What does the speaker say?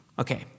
Okay